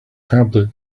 tablet